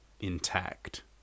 intact